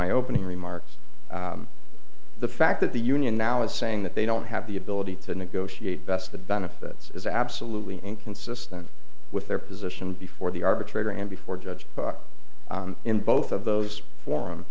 my opening remarks the fact that the union now is saying that they don't have the ability to negotiate best the benefits is absolutely inconsistent with their position before the arbitrator and before judge in both of those for